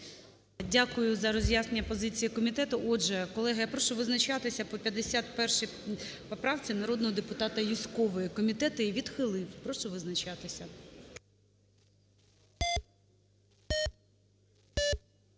Дякую за роз'яснення позицій комітету. Отже, колеги, я прошу визначатися по 51 поправці народного депутата Юзькової. Комітет її відхилив. Прошу визначатися.